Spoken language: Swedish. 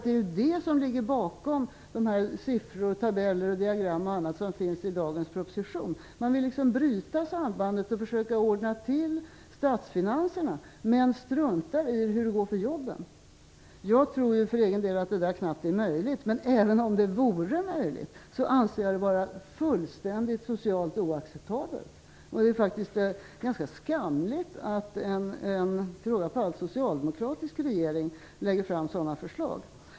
Det är det som ligger bakom de siffror, tabeller, diagram osv. som finns i dagens proposition. Man vill liksom bryta sambandet och försöka ordna till statsfinanserna men struntar i hur det går för jobben. Jag tror för min del att detta knappast är möjligt, men även om det vore möjligt anser jag det vara fullständigt socialt oacceptabelt. Det är ganska skamligt att till råga på allt en socialdemokratisk regering lägger fram sådana förslag.